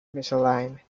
misaligned